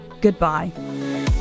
goodbye